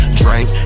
drink